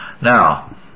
Now